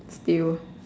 still